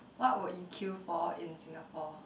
what would you kill for in Singapore